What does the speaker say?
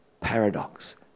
Paradox